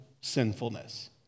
sinfulness